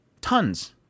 Tons